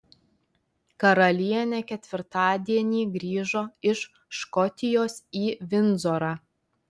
karalienė ketvirtadienį grįžo iš škotijos į vindzorą